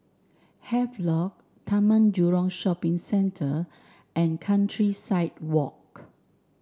Havelock Taman Jurong Shopping Centre and Countryside Walk